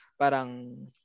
parang